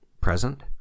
present